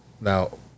now